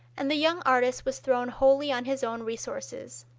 and the young artist was thrown wholly on his own resources.